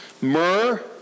myrrh